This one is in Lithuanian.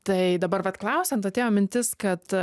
tai dabar vat klausiant atėjo mintis kad